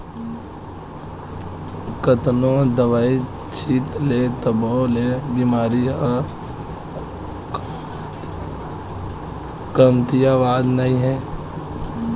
कतनो दवई छित ले तभो ले बेमारी ह कमतियावत नइ हे